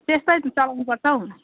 त्यस्तै चलाउनु पर्छ है